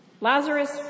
Lazarus